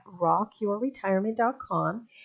rockyourretirement.com